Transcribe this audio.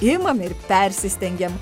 imam ir persistengiam